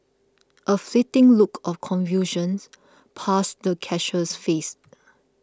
a fleeting look of confusions passed the cashier's face